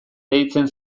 deitzen